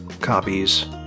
copies